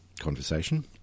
conversation